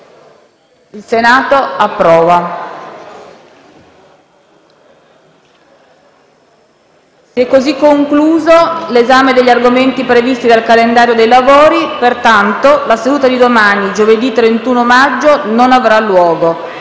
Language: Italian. finestra"). Essendo concluso l'esame degli argomenti previsti dal calendario dei lavori, la seduta di domani, giovedì 31 maggio, non avrà luogo.